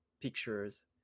pictures